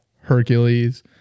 Hercules